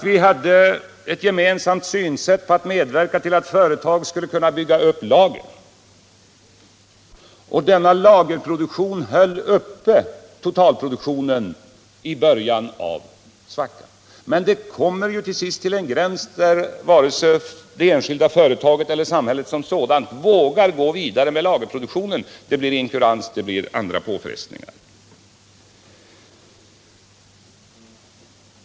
Vi hade ett gemensamt synsätt i fråga om vikten av att medverka till att företag skulle kunna bygga upp lager, och denna lagerproduktion höll totalproduktionen uppe i början av svackan. Men vi kommer till sist till en gräns, där varken det enskilda företaget eller samhället som sådant vågar gå vidare med lagerproduktionen. Det blir inkurans, det blir andra påfrestningar.